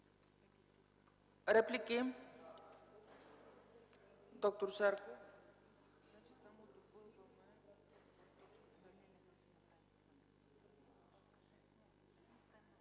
Реплики? Доктор Шарков.